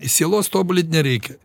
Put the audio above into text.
sielos tobulint nereikia